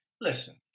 Listen